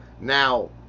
now